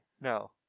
No